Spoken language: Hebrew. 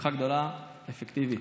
בשמחה גדולה, אפקטיבי.